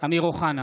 אמיר אוחנה,